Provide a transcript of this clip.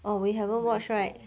oh we haven't watch right